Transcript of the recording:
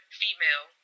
female